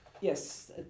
Yes